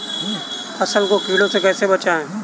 फसल को कीड़ों से कैसे बचाएँ?